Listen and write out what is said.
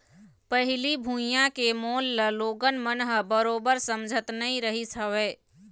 पहिली भुइयां के मोल ल लोगन मन ह बरोबर समझत नइ रहिस हवय